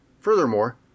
furthermore